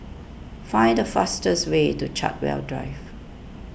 find the fastest way to Chartwell Drive